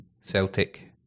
Celtic